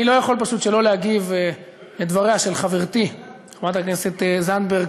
אני לא יכול פשוט שלא להגיב על דבריה של חברתי חברת הכנסת זנדברג,